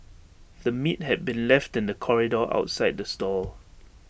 the meat had been left in the corridor outside the stall